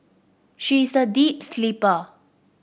she is a deep sleeper